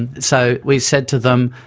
and so we said to them,